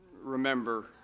remember